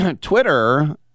Twitter